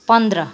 पन्ध्र